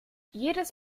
jedes